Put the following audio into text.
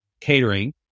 catering